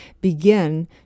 begin